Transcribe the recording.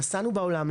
נסענו בעולם,